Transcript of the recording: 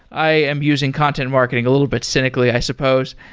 i am using content marketing a little bit cynically, i suppose.